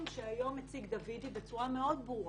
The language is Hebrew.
שהציג היום דוידי בצורה מאוד ברורה.